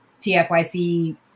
TFYC